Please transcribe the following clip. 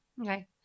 Okay